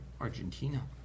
Argentina